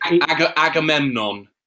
Agamemnon